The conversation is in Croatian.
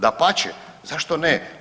Dapače, zašto ne?